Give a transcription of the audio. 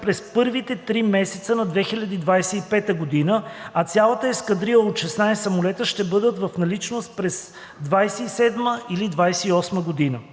през първите три месеца на 2025 г., а цялата ескадрила от 16 самолета ще бъде в наличност през 2027-а или 2028 г.